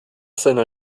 seiner